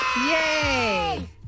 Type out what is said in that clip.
Yay